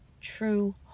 true